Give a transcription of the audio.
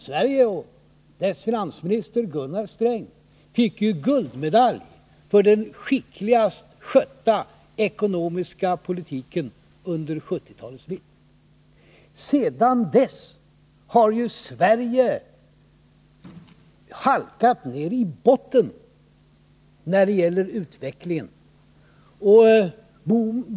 Sverige och dess finansminister Gunnar Sträng fick guldmedalj för den skickligast skötta ekonomiska politiken under 1970-talets mitt. Sedan dess har Sverige halkat ner i botten när det gäller utvecklingen.